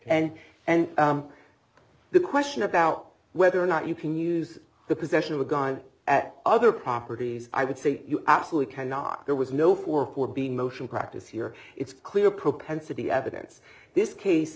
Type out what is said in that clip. and and the question about whether or not you can use the possession of a gun at other properties i would say you absolutely cannot there was no for for be motion practice here it's clear propensity evidence this case